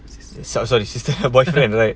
sorry sorry sister and boyfriend right